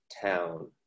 town